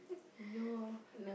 no